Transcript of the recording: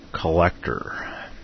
collector